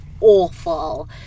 awful